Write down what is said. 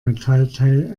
metallteil